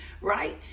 right